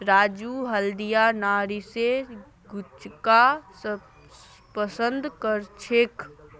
राजू हल्दिया नरगिसेर गुच्छाक पसंद करछेक